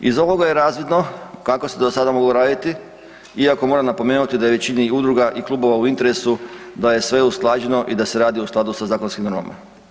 Iz ovoga je razvidno kako se do sada moglo raditi iako moramo napomenuti da je većini udruga i klubova u interesu da je sve usklađeno i da se radi u skladu sa zakonskim normama.